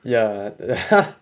yeah the~